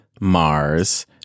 Mars